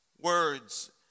words